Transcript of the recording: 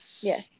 Yes